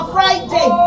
Friday